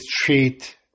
treat